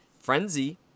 frenzy